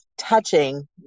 touching